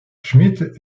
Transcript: schmidt